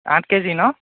আঠ K G ন